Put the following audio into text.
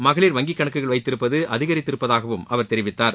மகளிர் வங்கிகணக்குகள் வைத்திருப்பது அதிகரித்திருப்பதாகவும் அவர் தெரிவித்தார்